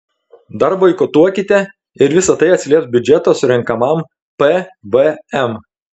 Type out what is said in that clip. dar boikotuokite ir visa tai atsilieps biudžeto surenkamam pvm